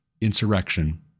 insurrection